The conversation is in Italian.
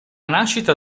nascita